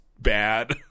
bad